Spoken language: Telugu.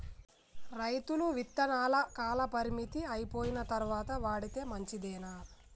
రైతులు విత్తనాల కాలపరిమితి అయిపోయిన తరువాత వాడితే మంచిదేనా?